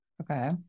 Okay